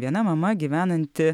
viena mama gyvenanti